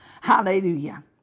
Hallelujah